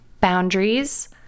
boundaries